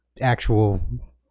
Actual